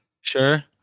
Sure